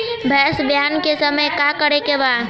भैंस ब्यान के समय का करेके बा?